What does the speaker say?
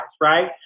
right